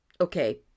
okay